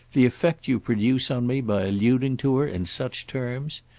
the effect you produce on me by alluding to her in such terms?